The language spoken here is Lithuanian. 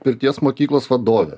pirties mokyklos vadovė